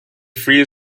free